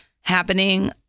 happening